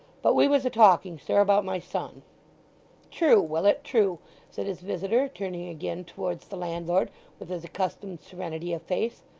but we was a-talking, sir, about my son true, willet, true said his visitor, turning again towards the landlord with his accustomed serenity of face.